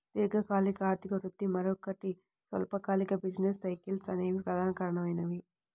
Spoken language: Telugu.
దీర్ఘకాలిక ఆర్థిక వృద్ధి, మరోటి స్వల్పకాలిక బిజినెస్ సైకిల్స్ అనేవి ప్రధానమైనవి